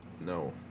No